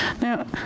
Now